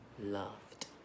loved